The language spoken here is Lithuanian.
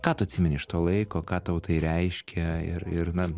ką tu atsimeni iš to laiko ką tau tai reiškė ir ir na